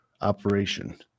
Operation